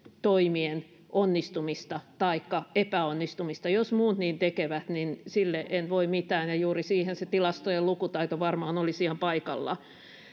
toimien onnistumista taikka epäonnistumista jos muut niin tekevät niin sille en voi mitään ja juuri siihen se tilastojenlukutaito varmaan olisi ihan paikallaan